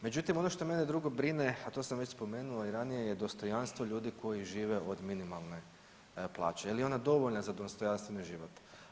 Međutim, ono što mene drugo brine, a to sam već spomenuo i ranije je dostojanstvo ljudi koji žive od minimalne plaće, je li ona dovoljna za dostojanstven život?